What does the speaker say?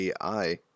AI